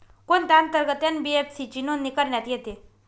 कोणत्या अंतर्गत एन.बी.एफ.सी ची नोंदणी करण्यात येते?